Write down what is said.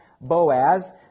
Boaz